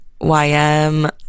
YM